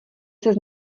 ses